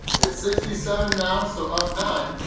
it's sixty seven now, so um nine,